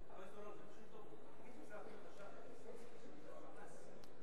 זה פשוט טעות, חומסקי זה "חמאס".